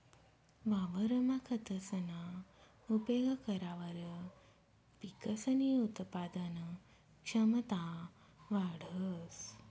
वावरमा खतसना उपेग करावर पिकसनी उत्पादन क्षमता वाढंस